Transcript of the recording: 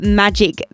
magic